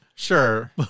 Sure